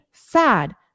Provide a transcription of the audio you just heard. sad